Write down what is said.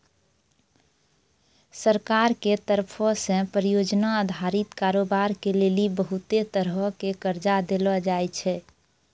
सरकार के तरफो से परियोजना अधारित कारोबार के लेली बहुते तरहो के कर्जा देलो जाय छै